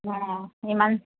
অঁ ইমান